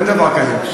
אין דבר כזה.